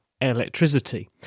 electricity